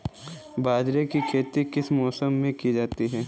बाजरे की खेती किस मौसम में की जाती है?